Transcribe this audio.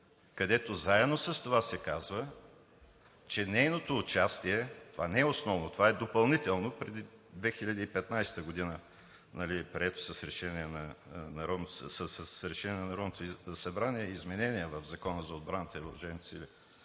където заедно с това се казва, че нейното участие – това не е основно, това е допълнително, преди 2015 г. е прието с решение на Народното събрание – изменение в Закона за отбраната и